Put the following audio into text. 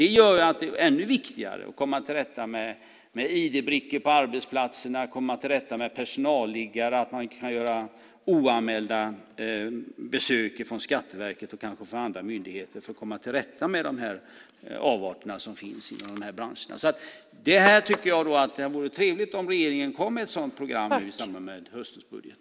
Det gör att det är ännu viktigare att komma till rätta med ID-brickor på arbetsplatser, personalliggare, och att man kan göra oanmälda besök från Skatteverket och kanske andra myndigheter för att komma till rätta med de avarter som finns inom de här branscherna. Jag tycker att det vore trevligt om regeringen kom med ett sådant program i samband med höstens budget.